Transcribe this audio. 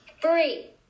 Three